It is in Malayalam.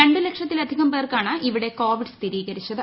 രണ്ട് ലക്ഷത്തിലധികം പേർക്കാണ് ഇവിടെ കോവിഡ് സ്ഥിരീകരിച്ചത്